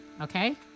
okay